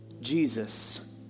Jesus